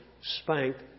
spanked